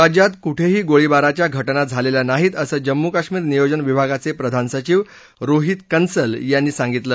राज्यात कुठेही गोळीबाराच्या घटना झालेल्या नाहीत असं जम्मू कश्मीर नियोजन विभागाचे प्रधान सचिव रोहित कन्सल यांनी सांगितलं